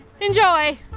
enjoy